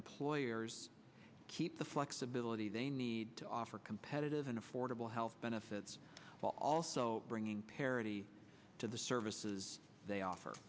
employers keep the flexibility they need to offer competitive and affordable health benefits also bringing parity to the services they